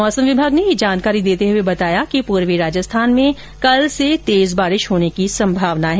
मौसम विभाग ने यह जानकारी देते हुए बताया कि पूर्वी राजस्थान में कल से तेज बारिश होने की संभावना है